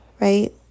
right